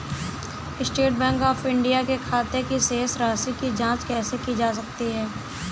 State bank of India के खाते की शेष राशि की जॉंच कैसे की जा सकती है?